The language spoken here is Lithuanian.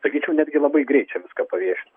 sakyčiau netgi labai greit čia viską paviešino